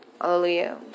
Hallelujah